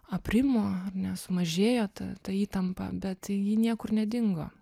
aprimo ar ne sumažėjo ta ta įtampa bet ji niekur nedingo